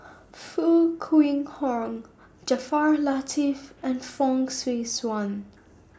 Foo Kwee Horng Jaafar Latiff and Fong Swee Suan